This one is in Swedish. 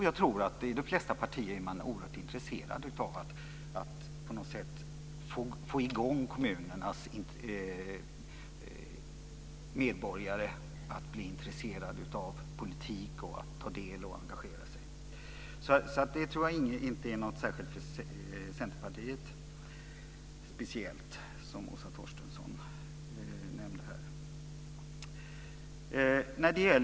Jag tror att man i de flesta partier är oerhört intresserad av att på något sätt få kommunernas medborgare att bli intresserade av politik, ta del av och engagera sig. Det tror jag inte är något speciellt för Centerpartiet, som Åsa Torstensson nämnde här.